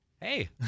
Hey